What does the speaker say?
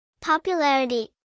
Popularity